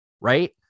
right